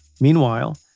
Meanwhile